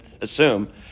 assume